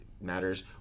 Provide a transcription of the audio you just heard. matters